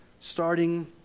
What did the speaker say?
starting